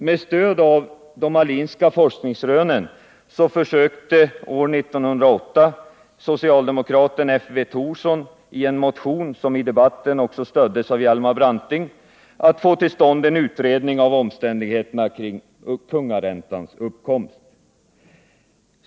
Med stöd av de Alinska forskningsrönen försökte år 1908 socialdemokraten F. V. Thorsson i en motion, som i debatten också stöddes av Hjalmar Branting, att få till stånd en utredning av omständigheterna kring kungaräntans uppkomst.